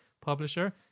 publisher